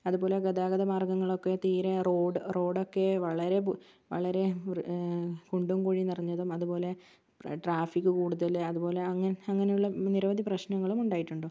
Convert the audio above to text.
അതുപോലെ ഗതാഗതമാർഗങ്ങളൊക്കെ തീരെ റോഡ് റോഡൊക്കെ വളരെ വളരെ കുണ്ടും കുഴിയും നിറഞ്ഞതും അതുപോലെ ട്രാഫിക്ക് കൂടുതല് അതുപോലെ അങ്ങനെയുള്ള നിരവധിപ്രശ്നങ്ങളും ഉണ്ടായിട്ടുണ്ട്